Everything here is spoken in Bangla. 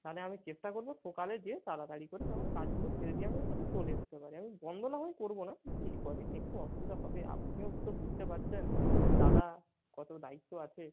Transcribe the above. তাহলে আমি চেষ্টা করবো সকালে যেয়ে তাড়াতাড়ি করে তেমন কাজগুলো সেরে দিয়ে আমি অন্তত চলে আসতে পারি আমি বন্ধ না হয় করবো না কিন্তু এ কদিন একটু অসুবি্ধা হবে আপনিও তো বুঝতে পারছেন দাদা কত দায়িত্ব আছে